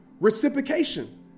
reciprocation